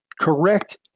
correct